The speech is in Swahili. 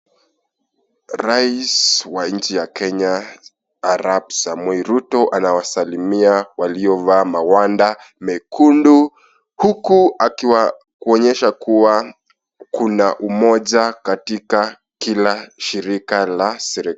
Rais wa nchi ya Kenya Arap Samoei Ruto anawasalimia waliovaa mawanda mekundu huku akiwa kuonesha kuwa kuna umoja katika kila shirika la serikali.